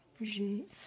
j'ai